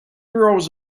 rolls